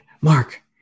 Mark